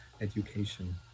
education